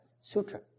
Sutra